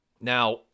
Now